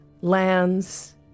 lands